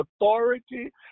authority